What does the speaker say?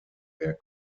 der